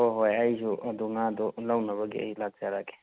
ꯍꯣ ꯍꯣꯏ ꯑꯩꯁꯨ ꯑꯗꯨ ꯉꯥꯗꯣ ꯂꯧꯅꯕꯒꯤ ꯑꯩ ꯂꯥꯛꯆꯔꯒꯦ